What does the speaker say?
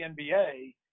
NBA